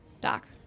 Doc